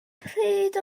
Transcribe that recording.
bryd